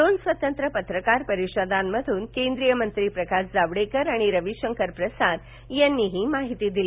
दोन स्वतंत्र पत्रकार परिषदांमधून केंद्रीय मंत्री प्रकाश जावडेकर आणि रविशंकर प्रसाद यांनी याबाबत माहिती दिली